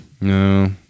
No